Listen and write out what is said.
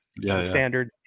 Standard